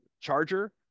charger